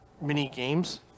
mini-games